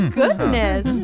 goodness